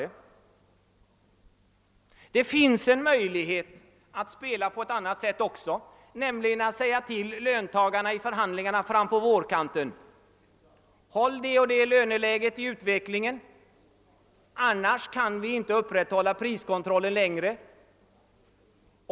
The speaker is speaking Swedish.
Men det finns en möjlighet att spela på ett annat sätt också. Man kan fram på vårkanten säga till löntagarnas förhandlare: Håll det och det löneläget i utvecklingen — annars kan vi inte upprätthålla priskontrollen längre!